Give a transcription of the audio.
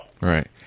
Right